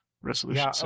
resolution